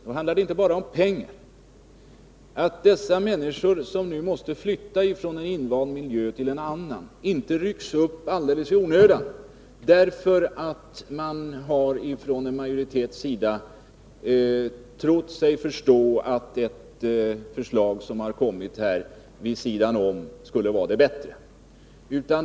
Då är det ännu mer angeläget att dessa människor som nu måste flytta från en invand miljö till en annan inte rycks upp helt i onödan till följd av att majoriteten trott sig förstå att ett förslag som har kommit vid sidan om skulle vara det bättre.